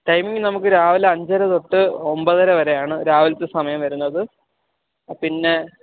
timing നമുക്ക് രാവിലെ അഞ്ച് അര തൊട്ട് ഒൻപത് അര വരെയാണ് രാവിലത്തെ സമയം വരുന്നത് അ പിന്നെ